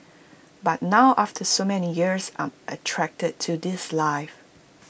but now after so many years I'm attracted to this life